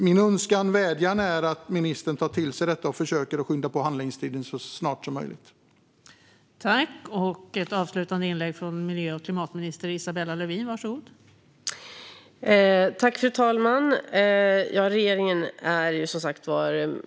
Min önskan och vädjan är att ministern tar till sig detta och försöker att skynda på handläggningstiden så att det kommer ett förslag så snart som möjligt.